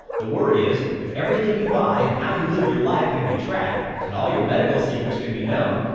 the worry is if everything you buy and how you live your life can be tracked, and all your medical secrets can be known,